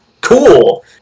cool